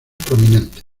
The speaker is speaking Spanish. prominentes